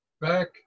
back